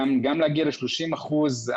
גם להגיע ל-30 אחוזים,